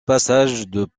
passage